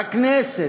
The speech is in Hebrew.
בכנסת,